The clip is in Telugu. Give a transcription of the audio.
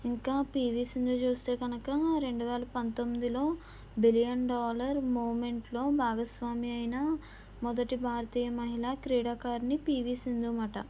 ఇంకా పీవీ సింధు చూస్తే కనుక రెండు వేల పంతొమ్మిదిలో బిలియన్ డాలర్ మూమెంట్ లో భాగస్వామ్య అయిన మొదటి భారతీయ మహిళ క్రీడాకారుని పీవీ సింధు అనమాట